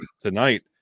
tonight